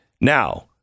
now